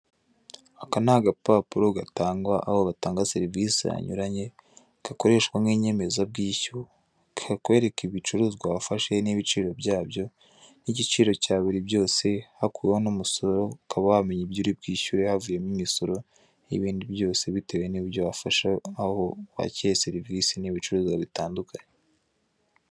Aka ni agapapuro gatangwa aho batanga serivisi hanyuranye. Gakoreshwa nk'inyemezabwishyu. Kakwereka ibicuruzwa wafashe n'ibiciro byabyo. N'igiciro cya buri bwose. Hakurwaho n'umusoro, ukaba wamenya ibyo uri bwishyure havuyemo imisoro n'ibindi byose, bitewe n'ibyo wafashe aho wakiye serivisi n'ibindi bitandukanye.